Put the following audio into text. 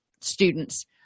students